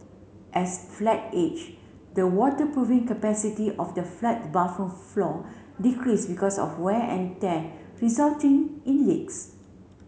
as flat age the waterproofing capacity of the flat bathroom floor decrease because of wear and tear resulting in leaks